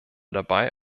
dabei